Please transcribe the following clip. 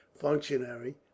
functionary